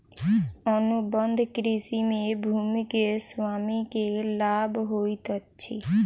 अनुबंध कृषि में भूमि के स्वामी के लाभ होइत अछि